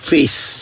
Face